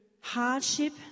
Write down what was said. hardship